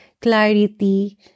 clarity